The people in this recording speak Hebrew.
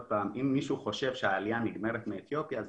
אם מישהו חושב שהעלייה מאתיופיה נגמרת,